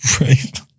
Right